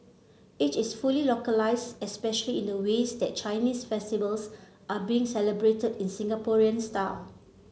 it is fully localised especially in the ways that Chinese festivals are being celebrated in Singaporean style